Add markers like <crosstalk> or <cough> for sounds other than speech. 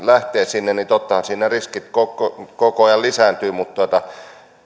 <unintelligible> lähtee sinne lisää niin tottahan siinä riskit koko koko ajan lisääntyvät mutta